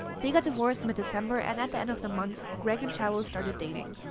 they got divorced mid december and at the end of the month greg and shiloh started dating.